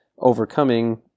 Overcoming